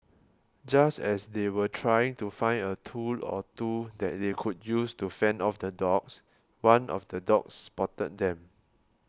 just as they were trying to find a tool or two that they could use to fend off the dogs one of the dogs spotted them